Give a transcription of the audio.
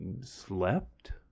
slept